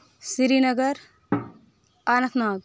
Srinagar Anant Nag